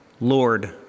Lord